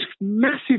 massive